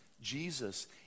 Jesus